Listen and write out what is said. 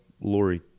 Lori